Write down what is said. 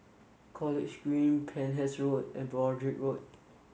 College Green Penhas Road and Broadrick Road